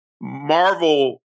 Marvel